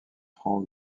franz